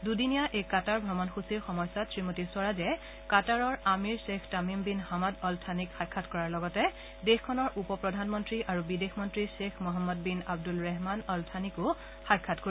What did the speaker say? দুদিনীয়া এই কাটাৰ ভ্ৰমণসূচীৰ সময়ছোৱাত শ্ৰীমতী স্বৰাজে কাটাৰৰ আমীৰ গ্ণেখ তামিম বিন হামাদ অল থানিক সাক্ষাৎ কৰাৰ লগতে দেশখনৰ উপ প্ৰধানমন্ত্ৰী আৰু বিদেশ মন্ত্ৰী খেখ Mohammed bin Abdul Rahman Al থানিকো সাক্ষাৎ কৰিব